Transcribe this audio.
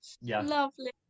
Lovely